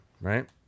right